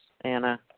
Anna